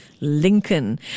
Lincoln